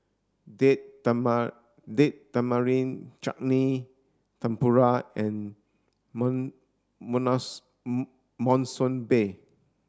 date Date Tamarind Chutney Tempura and Monsunabe